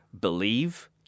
believe